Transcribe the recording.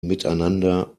miteinander